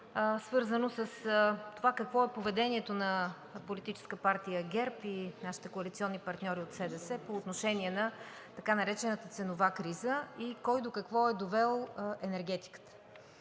свързано с това какво е поведението на Политическа партия ГЕРБ и нашите коалиционни партньори от СДС, по отношение на така наречената ценова криза и кой до какво е довел енергетиката.